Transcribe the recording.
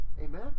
Amen